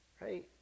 right